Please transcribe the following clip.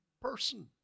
person